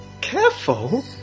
Careful